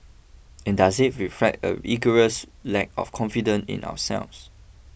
and does it reflect an egregious lack of confidence in ourselves